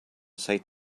said